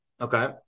Okay